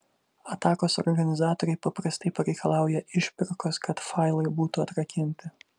atakos organizatoriai paprastai pareikalauja išpirkos kad failai būtų atrakinti